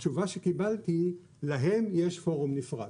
התשובה שקיבלתי "..להם יש פורום נפרד.